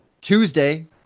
Tuesday